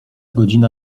godzina